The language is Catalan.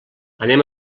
anem